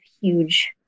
huge